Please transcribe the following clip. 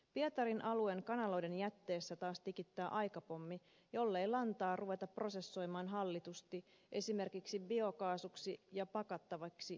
pietarin alueen kanaloiden jätteessä taas tikittää aikapommi jollei lantaa ruveta prosessoimaan hallitusti esimerkiksi biokaasuksi ja pakattavaksi lannoitetuotteeksi